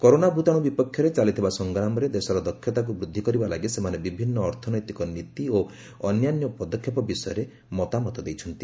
corona ଭୂତାଣୁ ବିପକ୍ଷରେ ଚାଲିଥିବା ସଂଗ୍ରାମରେ ଦେଶର ଦକ୍ଷତାକୁ ବୃଦ୍ଧି କରିବା ଲାଗି ସେମାନେ ବିଭିନ୍ନ ଅର୍ଥନୈତିକ ନୀତି ଓ ଅନ୍ୟାନ୍ୟ ପଦକ୍ଷେପ ବିଷୟରେ ମତାମତ ଦେଇଛନ୍ତି